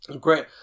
great